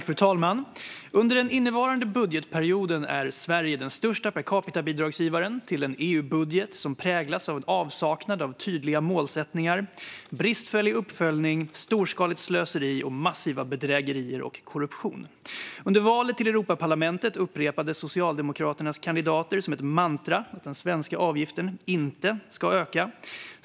Fru talman! Under den innevarande budgetperioden är Sverige den största per capita-bidragsgivaren till en EU-budget som präglas av avsaknad av tydliga målsättningar, bristfällig uppföljning, storskaligt slöseri, massiva bedrägerier och korruption. Under valet till Europaparlamentet upprepade Socialdemokraternas kandidater som ett mantra att den svenska avgiften inte ska öka.